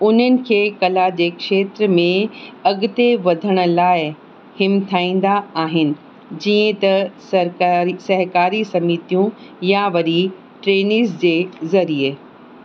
उन्हनि खे कला जे खेत्र में अॻिते वधण लाइ हिमथाईंदा आहिनि जीअं त सरकारी सहकारी समीतियूं यां वरी ट्रेनिस जे ज़रिए